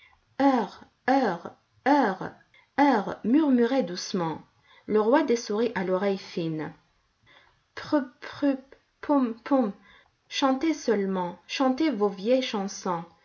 heures heures heures heures murmurez doucement le roi des souris a l'oreille fine purpurr poum poum chantez seulement chantez vos vieilles chansons